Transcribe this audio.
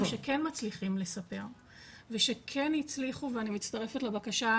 שכן מצליחים לספר ושכן הצליחו ואני מצטרפת לבקשה,